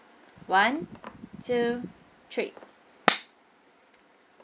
one two three